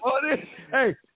Hey